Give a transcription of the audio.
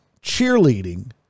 cheerleading